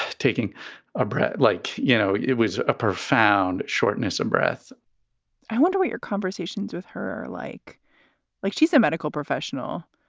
taking a breath, like, you know, it was a profound shortness of breath i wonder, were your conversations with her like like she's a medical professional.